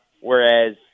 Whereas